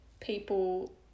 people